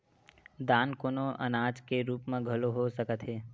दान कोनो अनाज के रुप म घलो हो सकत हे